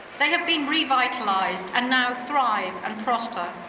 they have been revitalized and now thrive and prosper.